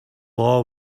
law